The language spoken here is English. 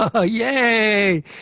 Yay